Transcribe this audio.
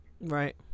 Right